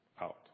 out